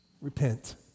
repent